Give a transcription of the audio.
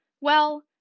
well